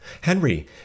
Henry